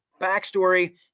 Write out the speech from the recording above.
backstory